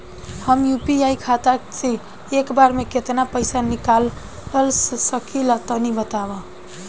हम यू.पी.आई खाता से एक बेर म केतना पइसा निकाल सकिला तनि बतावा?